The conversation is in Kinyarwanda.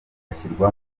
ashyirwa